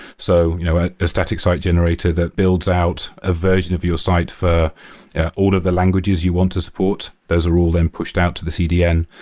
so you know a static site generator that builds out a version of your site for all of the languages you want to support, support, those are all then pushed out to the cdn.